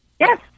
Yes